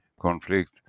conflict